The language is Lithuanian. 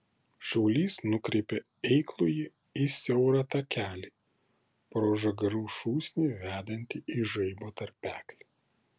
šaulys nukreipė eiklųjį į siaurą takelį pro žagarų šūsnį vedantį į žaibo tarpeklį